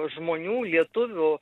žmonių lietuvių